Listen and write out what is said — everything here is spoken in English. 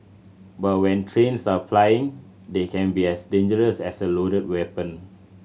but when trains are plying they can be as dangerous as a loaded weapon